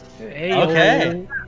Okay